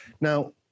Now